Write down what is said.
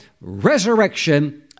resurrection